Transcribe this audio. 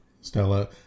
Stella